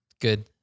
Good